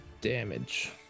damage